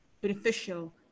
beneficial